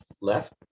left